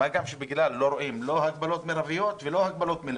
מה גם שלא רואים לא הגבלות מרביות ולא הגבלות מלאות.